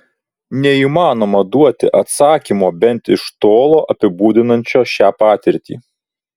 neįmanoma duoti atsakymo bent iš tolo apibūdinančio šią patirtį